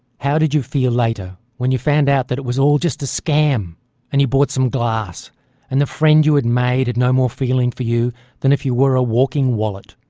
how did you feel later when you found out that it was all just a scam and you bought some glass and the friend you had made had no more feeling for you than if you were a walking wallet?